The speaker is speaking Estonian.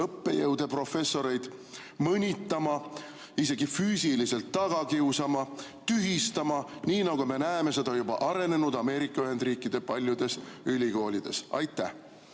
õppejõude, professoreid mõnitama, isegi füüsiliselt taga kiusama, tühistama, nii nagu me näeme seda arenenud Ameerika Ühendriikide paljudes ülikoolides? Ma